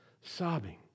sobbing